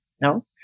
no